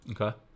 okay